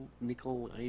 Nickel